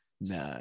No